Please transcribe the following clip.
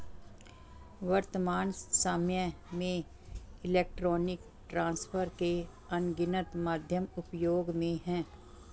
वर्त्तमान सामय में इलेक्ट्रॉनिक ट्रांसफर के अनगिनत माध्यम उपयोग में हैं